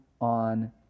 on